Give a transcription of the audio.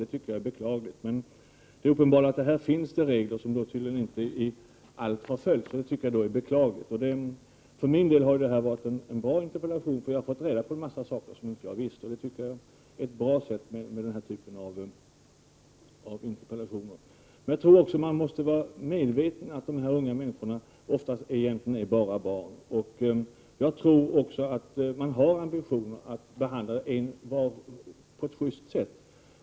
Detta är beklagligt. Tydligen finns det regler som inte alls har följts, vilket också är beklagligt. Jag för min del tycker emellertid att det här har varit en bra interpellationsdebatt. Jag har fått reda på mycket som jag inte kände till. Jag tycker således att det är bra med den här typen av interpellationsdebatter. Vidare tror jag att man måste vara medveten om att de människor som det här gäller oftast bara är barn. I och för sig tror jag att man har ambitionen att behandla dem på ett sjyst sätt.